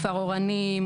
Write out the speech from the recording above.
כפר אורנים,